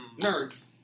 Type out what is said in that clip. Nerds